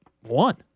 one